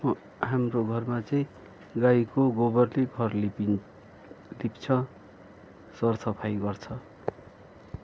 हाम्रो घरमा चाहिँ गाईको गोबरले घर लिपिन् लिप्छ सर सफाई गर्छ